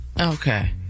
Okay